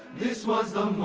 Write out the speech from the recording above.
this was